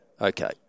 okay